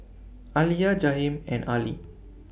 Alia Jaheim and Arlie